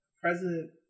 President